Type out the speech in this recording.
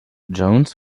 jones